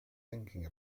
thinking